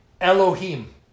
Elohim